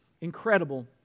incredible